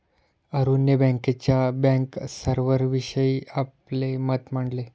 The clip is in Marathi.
अरुणने बँकेच्या बँकर्सविषयीचे आपले मत मांडले